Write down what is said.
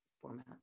format